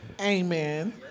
Amen